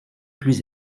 plus